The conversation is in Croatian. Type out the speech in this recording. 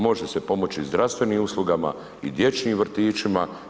Može se pomoći i zdravstvenim uslugama, i dječjim vrtićima.